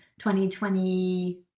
2020